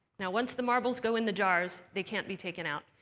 now, once the marbles go in the jars, they can't be taken out.